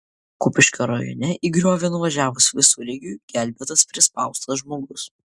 kupiškio rajone į griovį nuvažiavus visureigiui gelbėtas prispaustas žmogus